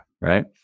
right